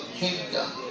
kingdom